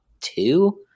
two